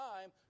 time